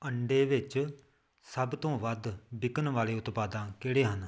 ਅੰਡੇ ਵਿੱਚ ਸੱਭ ਤੋਂ ਵੱਧ ਵਿਕਣ ਵਾਲੇ ਉਤਪਾਦਾਂ ਕਿਹੜੇ ਹਨ